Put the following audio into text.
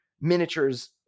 miniatures